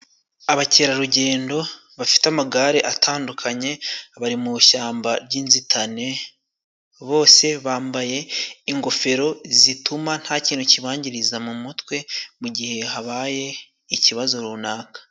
Abakerarugendo bafite amagare atandukanye bari mu ishyamba ry'inzitane. Bose bambaye ingofero zituma nta kintu kibangiriza mu mutwe mu gihe habaye ikibazo runaka.